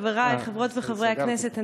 חברי חברות וחברי הכנסת,